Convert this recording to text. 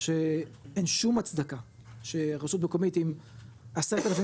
שאין שום הצדקה שרשות מקומית עם 10 אלפים